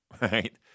right